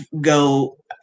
go